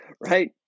right